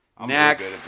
Next